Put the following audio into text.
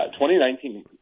2019